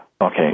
Okay